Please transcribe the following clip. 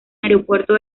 aeropuerto